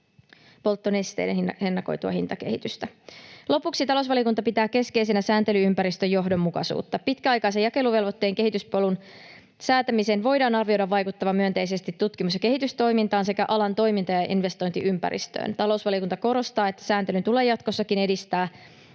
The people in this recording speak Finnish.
polttonesteiden ennakoitua hintakehitystä. Lopuksi talousvaliokunta pitää keskeisenä sääntely-ympäristön johdonmukaisuutta. Pitkäaikaisen jakeluvelvoitteen kehityspolun säätämisen voidaan arvioida vaikuttavan myönteisesti tutkimus- ja kehitystoimintaan sekä alan toiminta- ja investointiympäristöön. Talousvaliokunta korostaa, että sääntelyn tulee jatkossakin edistää